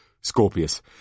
Scorpius